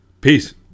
Peace